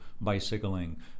bicycling